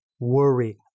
worry